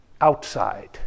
outside